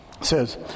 says